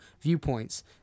viewpoints